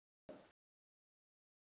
तहांजे हिसाब सां थींदो कन्फॉर्म